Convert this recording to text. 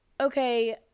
okay